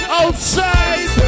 outside